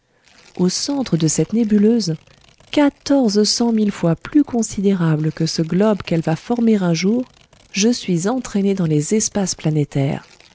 au centre de cette nébuleuse quatorze cent mille fois plus considérable que ce globe qu'elle va former un jour je suis entraîné dans les espaces planétaires